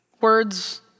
words